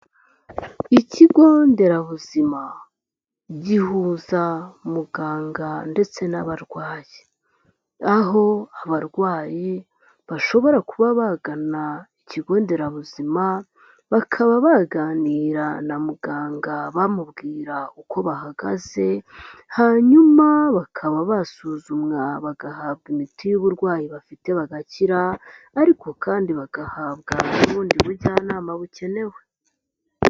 Ikigo nderabuzima gihuza muganga ndetse n'abarwayi. Aho abarwaye bashobora kuba bagana ikigo nderabuzima bakaba baganira na muganga bamubwira uko bahagaze, hanyuma bakaba basuzumwa bagahabwa imiti y'uburwayi bafite bagakira ariko kandi bagahabwa ubundi bujyanama bukenewe.